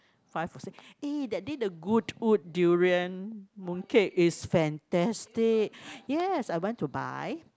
five or six eh that day the Goodwood durian mooncake is fantastic yes I went to buy